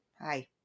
hi